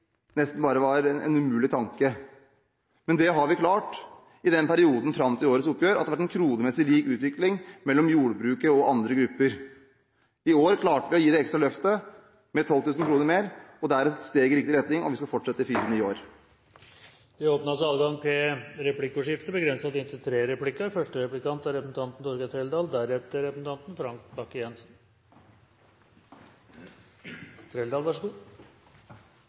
nesten var en umulig tanke. Men det har vi klart i perioden fram til årets oppgjør. Det har vært en kronemessig lik utvikling mellom jordbruket og andre grupper. I år klarte vi å gi det ekstra løftet, med 12 000 kr mer. Det er et steg i riktig retning, og vi skal fortsette i fire nye år. Det blir replikkordskifte. En tidligere statsrådkollega av statsråden har uttalt at hvert nedlagt bruk er